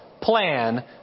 plan